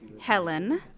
Helen